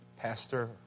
pastor